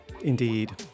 indeed